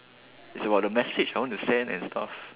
it's about the message I want to send and stuff